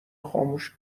خاموش